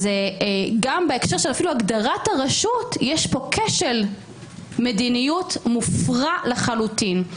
אז גם בהקשר של הגדרת הרשות יש פה כשל מדיניות מופרע לחלוטין.